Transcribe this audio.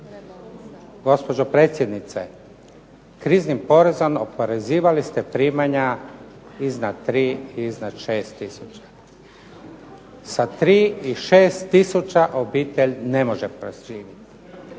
Gospođo predsjednice, kriznim porezom oporezivali ste primanja iznad tri i iznad šest tisuća. Sa tri i šest tisuća obitelj ne može preživjeti.